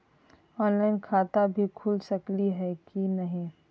Online खाता भी खुल सकली है कि नही?